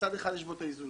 מצד אחד יש בו את האיזונים.